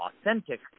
authentic